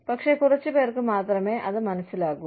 പക്ഷേ കുറച്ചുപേർക്ക് മാത്രമേ അത് മനസ്സിലാകൂ